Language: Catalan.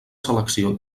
selecció